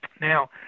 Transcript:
Now